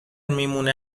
میمونه